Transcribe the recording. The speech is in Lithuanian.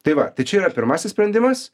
tai va tai čia yra pirmasis sprendimas